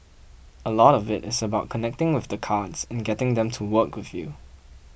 a lot of it is about connecting with the cards and getting them to work with you